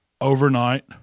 overnight